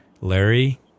Larry